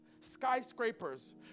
skyscrapers